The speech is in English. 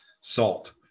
salt